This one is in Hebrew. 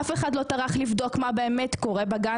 אף אחד לא טרח לבדוק מה באמת קורה בגן